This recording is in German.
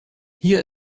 hier